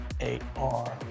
A-R